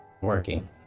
working